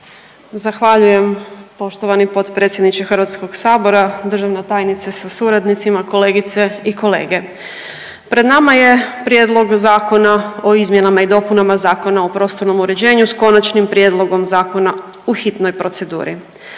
Zahvaljujem poštovani potpredsjedniče Hrvatskoga sabora, državna tajnice sa suradnicima, kolegice i kolege. Pred nama je Prijedlog zakona o izmjenama i dopunama Zakona o prostornom uređenju s Konačnim prijedlogom zakona u hitnoj proceduri.